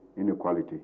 inequality